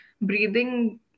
breathing